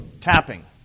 tapping